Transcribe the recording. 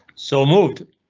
so moved.